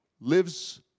lives